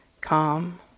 Calm